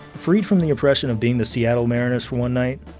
freed from the oppression of being the seattle mariners for one night,